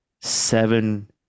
seven